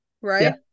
right